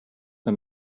and